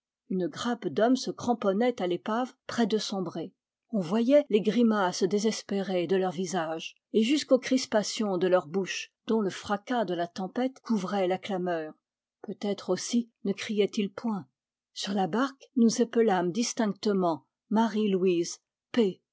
une grappe d'hommes se cramponnait à l'épave près de sombrer on voyait les grimaces désespérées de leurs visages et jusqu'aux crispations de leurs bouches dont le fracas de la tempête couvrait la clameur peut-être aussi ne criaient ils point sur la barque nous épelâmes distincte ment marie-louise p